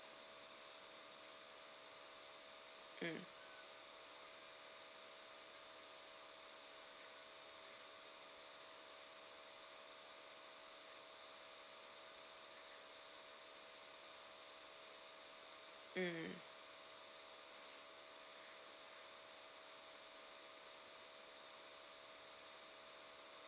mm mm